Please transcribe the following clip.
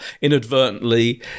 inadvertently